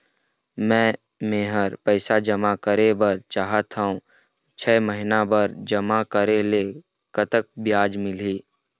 मे मेहर पैसा जमा करें बर चाहत हाव, छह महिना बर जमा करे ले कतक ब्याज मिलही?